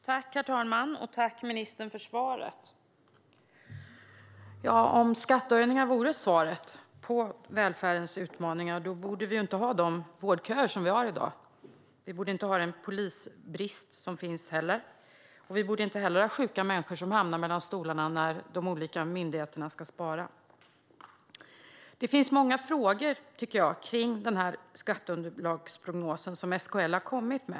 Herr talman! Tack, ministern, för svaret! Om skattehöjningar vore svaret på välfärdens utmaningar borde vi inte ha de vårdköer som vi har i dag. Vi borde inte ha den polisbrist som råder, och vi borde inte heller ha sjuka människor som hamnar mellan stolarna när de olika myndigheterna ska spara. Jag tycker att det finns många frågor när det gäller den skatteunderlagsprognos som SKL har kommit med.